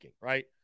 right